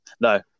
No